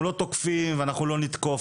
אנחנו לא תוקפים ואנחנו לא לתקוף,